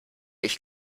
ich